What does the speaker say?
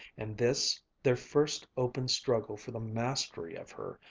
and this, their first open struggle for the mastery of her,